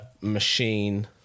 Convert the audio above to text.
Machine